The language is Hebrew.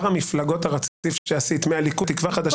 המפלגות הרציף שעשית מהליכוד לתקווה חדשה